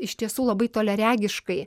iš tiesų labai toliaregiškai